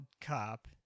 Cup